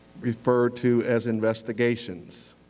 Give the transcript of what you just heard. referred to as investigations.